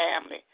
family